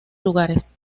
lugares